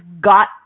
got